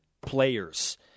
players